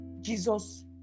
Jesus